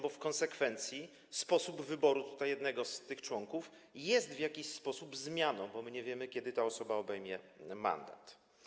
Bo w konsekwencji sposób wyboru jednego z tych członków jest w jakiś sposób zmianą, nie wiemy przecież, kiedy ta osoba obejmie mandat.